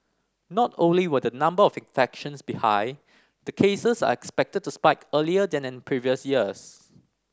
not only will the number of infections be high the cases are expected to spike earlier than in previous years